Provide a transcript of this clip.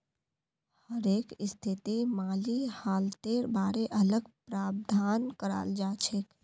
हरेक स्थितित माली हालतेर बारे अलग प्रावधान कराल जाछेक